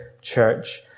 Church